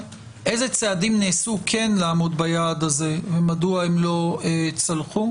איזה צעדים נעשו כן לעמוד ביעד הזה ומדוע הם לא צלחו,